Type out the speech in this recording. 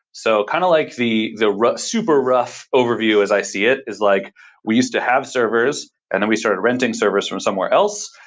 so, kind of like the the super rough overview as i see it is like we used to have servers and then we started renting servers from somewhere else,